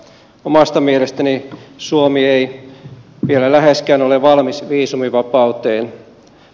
omasta mielestäni suomi ei vielä läheskään ole valmis viisumivapauteen